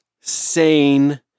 sane